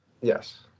Yes